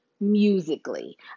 musically